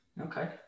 Okay